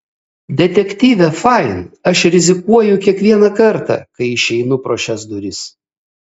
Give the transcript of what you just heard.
detektyve fain aš rizikuoju kiekvieną kartą kai išeinu pro šias duris